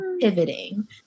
pivoting